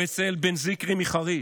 או ישראל בן זקרי מחריש,